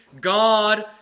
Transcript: God